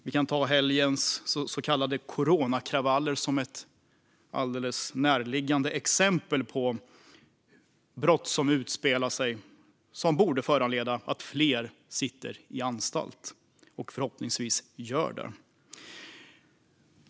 Vi kan ta helgens så kallade korankravaller som ett alldeles närliggande exempel på brott som utspelar sig och som borde - och förhoppningsvis gör det - föranleda att fler sitter på anstalt.